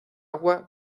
agua